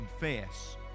confess